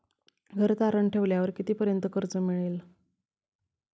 घर तारण ठेवल्यावर कितीपर्यंत कर्ज मिळेल?